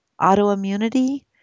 autoimmunity